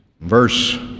Verse